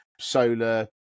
solar